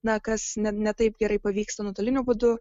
na kas ne ne taip gerai pavyksta nuotoliniu būdu